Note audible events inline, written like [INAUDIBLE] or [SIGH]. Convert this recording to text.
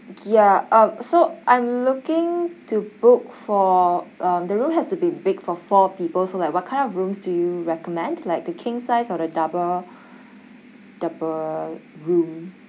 ya um so I'm looking to book for um the room has to be big for four people so like what kind of rooms do you recommend like the king size or the double [BREATH] double room